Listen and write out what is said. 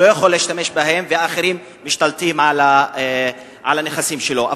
והוא לא יכול להשתמש בהם ואחרים משתלטים על הנכסים שלו.